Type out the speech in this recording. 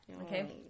okay